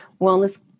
wellness